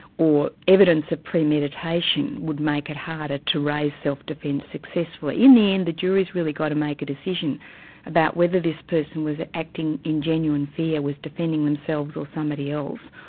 or evidence of premeditation would make it harder to raise self-defence successfully. in the end the jury's really got to make a decision about whether this person was acting in genuine fear, was defending themselves or somebody else,